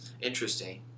interesting